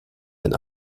wenn